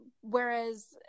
whereas